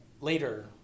later